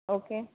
okay